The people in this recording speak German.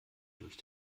durch